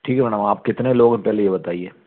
ठीक है मैडम आप कितने लोग है पहले ये बताइए